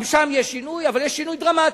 גם שם יש שינוי, אבל יש שינוי דרמטי.